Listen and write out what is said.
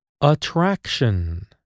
attraction